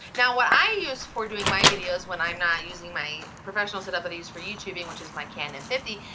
now what i use for doing my videos when i'm not using my professional setup that i use for youtubing which is my cannon fifty,